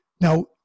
Now